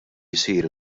jsir